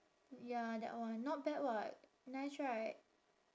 ya that one not bad [what] nice right